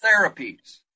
therapies